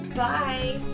bye